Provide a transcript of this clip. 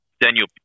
Daniel